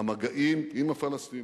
המגעים עם הפלסטינים.